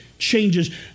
Changes